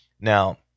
Now